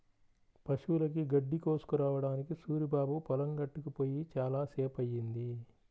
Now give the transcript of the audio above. పశువులకి గడ్డి కోసుకురావడానికి సూరిబాబు పొలం గట్టుకి పొయ్యి చాలా సేపయ్యింది